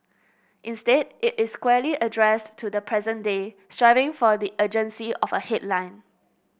instead it is squarely addressed to the present day striving for the urgency of a headline